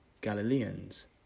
Galileans